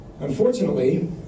Unfortunately